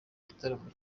gitaramo